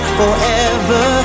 forever